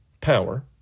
power